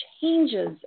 changes